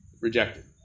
rejected